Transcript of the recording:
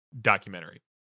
documentary